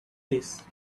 his